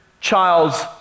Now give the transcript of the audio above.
child's